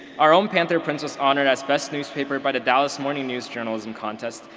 our own panther prints was honored as best newspaper by the dallas morning news journalism contest.